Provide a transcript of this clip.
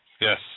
Yes